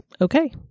okay